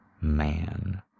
man